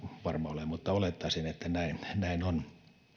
varma ole mutta olettaisin että näin näin on